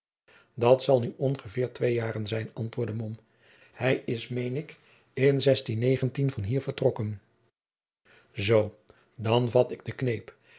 dat zal nu ongeveer twee jaren zijn antwoordde mom hij is meen ik in van hier vertrokken zoo dan vat ik den kneep